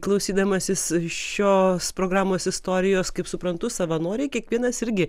klausydamasis šios programos istorijos kaip suprantu savanoriai kiekvienas irgi